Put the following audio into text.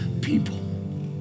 people